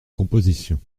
composition